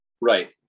Right